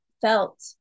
felt